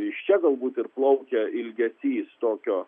iš čia galbūt ir plaukia ilgesys tokio